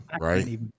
Right